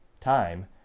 time